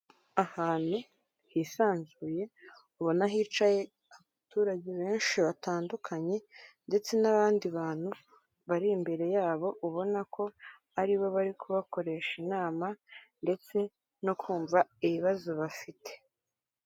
Ahantu hisanzuye ubona hicaye abaturage benshi batandukanye ndetse n'abandi bantu bari imbere yabo ubona ko aribo bari kubakoresha inama ndetse no kumva ibibazo bafite.